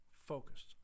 focused